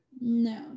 no